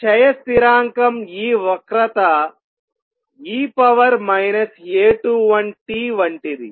క్షయ స్థిరాంకం ఈ వక్రత e A21t వంటిది